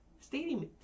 stadium